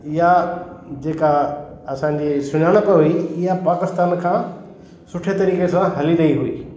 या जेका असांजी सुञाणप हुई ईअं पाकिस्तान खां सुठे तरीक़े सां हली रही हुई